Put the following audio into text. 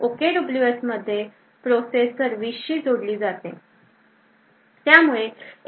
OKWS मध्ये process सर्विसशी जोडली जाते